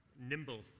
nimble